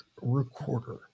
Recorder